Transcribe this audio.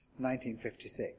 1956